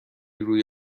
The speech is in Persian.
روی